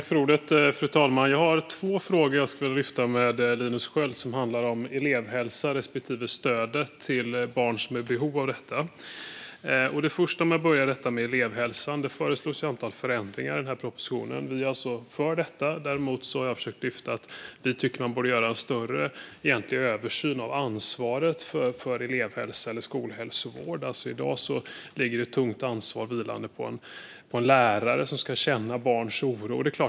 Fru talman! Jag har två frågor till Linus Sköld. Det handlar om elevhälsan respektive stödet till barn som är i behov av det. Jag börjar med elevhälsan. I propositionen föreslås ett antal förändringar. Vi är för det. Men vi tycker att man egentligen borde göra en större översyn av ansvaret för elevhälsa eller skolhälsovård. I dag vilar ett tungt ansvar på lärare som ska känna barns oro.